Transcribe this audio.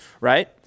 Right